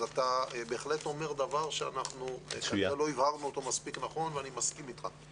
אתה בהחלט אומר דבר שאולי לא הבהרנו אותו מספיק נכון ואני מסכים אתך.